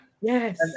Yes